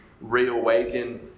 reawaken